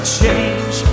change